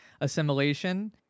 assimilation